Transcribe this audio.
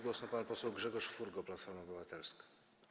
Głos ma pan poseł Grzegorz Furgo, Platforma Obywatelska.